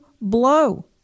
blow